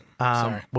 Sorry